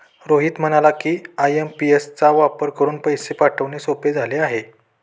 रोहित म्हणाला की, आय.एम.पी.एस चा वापर करून पैसे पाठवणे सोपे झाले आहे